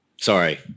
Sorry